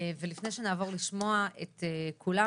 ולפני שנעבור לשמוע את כולם,